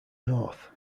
north